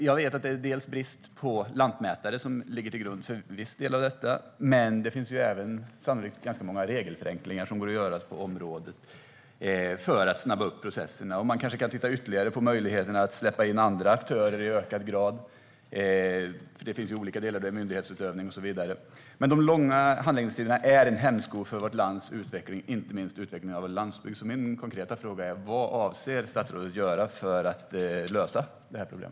Jag vet att bristen på lantmätare är ett skäl. Det går sannolikt också att göra ganska många regelförenklingar på området för att snabba upp processen. Man kan också titta ytterligare på möjligheten att släppa in andra aktörer i ökad grad, för det finns ju olika delar; det är myndighetsutövning och så vidare. De långa handläggningstiderna är en hämsko för vårt lands utveckling, inte minst landsbygdens utveckling. Vad avser statsrådet att göra för att lösa detta problem?